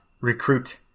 recruit